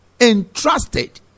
entrusted